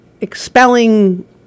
expelling